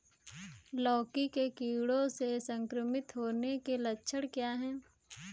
लौकी के कीड़ों से संक्रमित होने के लक्षण क्या हैं?